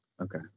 Okay